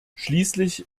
schließlich